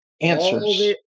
Answers